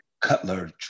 Cutler